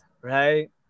Right